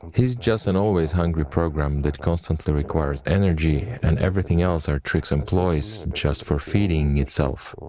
he is just an always hungry program that constantly requires energy, and everything else are tricks and ploys just for feeding itself.